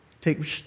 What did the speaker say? take